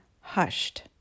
hushed